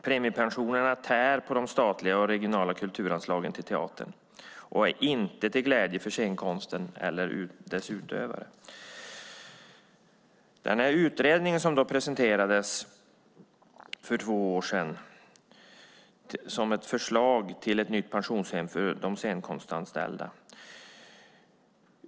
Premiepensionerna tär på de statliga och regionala kulturanslagen till teatern och är inte till glädje för scenkonsten eller dess utövare. Utredningen som presenterades för två år sedan är ett förslag till ett nytt pensionssystem för scenkonstanställda.